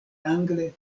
angle